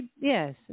yes